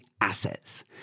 assets